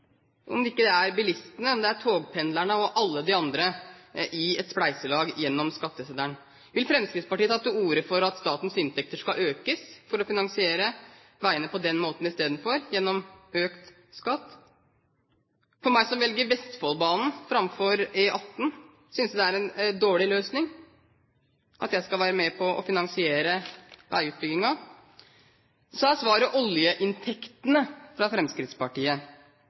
om det ikke er bilistene, togpendlerne og alle de andre, i et spleiselag gjennom skatteseddelen? Vil Fremskrittspartiet ta til orde for at statens inntekter skal økes – gjennom økt skatt – for på den måten å finansiere veiene? For meg, som velger Vestfoldbanen framfor E18, er det en dårlig løsning. Skal jeg være med på å finansiere veiutbyggingen? Så er svaret fra Fremskrittspartiet: